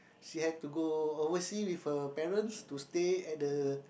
she had to go oversea with her parents to stay at the